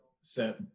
set